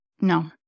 No